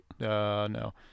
No